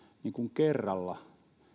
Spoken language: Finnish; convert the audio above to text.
kerralla